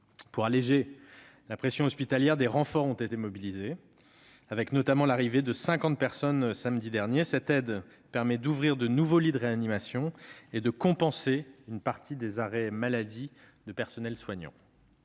Pour alléger la pression hospitalière, des renforts ont été mobilisés, avec notamment l'arrivée de cinquante personnes samedi dernier. Cette aide permet d'ouvrir de nouveaux lits de réanimation et de compenser une partie des arrêts maladie des personnels soignants.